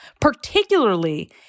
particularly